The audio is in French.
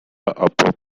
apporte